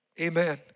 Amen